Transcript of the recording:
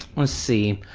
let's see.